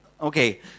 okay